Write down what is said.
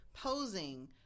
posing